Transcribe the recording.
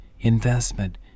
investment